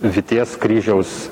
vyties kryžiaus